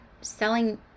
selling